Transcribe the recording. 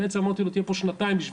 בעצם אמרתי לו "תהיה פה שנתיים בשבילך"